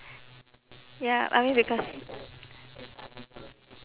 ya I mean because